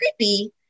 creepy